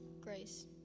grace